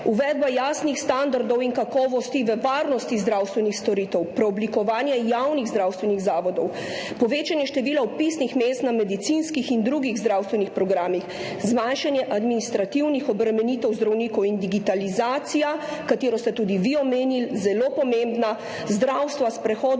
uvedba jasnih standardov in kakovosti v varnosti zdravstvenih storitev, preoblikovanje javnih zdravstvenih zavodov, povečanje števila vpisnih mest na medicinskih in drugih zdravstvenih programih, zmanjšanje administrativnih obremenitev zdravnikov in zelo pomembna digitalizacija zdravstva, ki ste jo tudi vi omenili, s prehodom